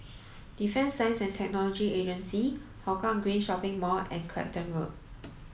Defence Science and Technology Agency Hougang Green Shopping Mall and Clacton Road